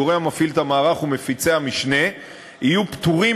הגורם המפעיל את המערך ומפיצי המשנה יהיו פטורים